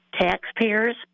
taxpayers